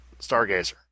Stargazer